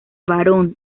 varón